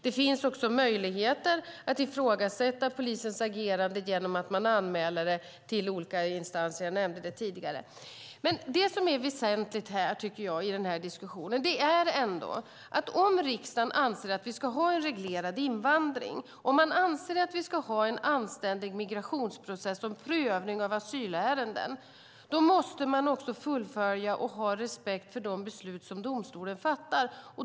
Det finns också möjligheter att ifrågasätta polisens agerande genom att anmäla till olika instanser. Jag nämnde det tidigare. Det väsentliga i den här diskussionen är ändå att om riksdagen anser att Sverige ska ha en reglerad invandring, om riksdagen anser att Sverige ska ha en anständig migrationsprocess och en prövning av asylärenden, måste man fullfölja och respektera de beslut som domstolen fattar.